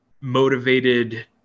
motivated